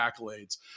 accolades